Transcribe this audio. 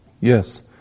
Yes